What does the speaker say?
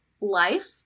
Life